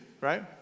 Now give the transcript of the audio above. right